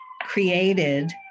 created